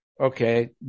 Okay